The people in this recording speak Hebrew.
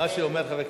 מה שאומר חבר הכנסת,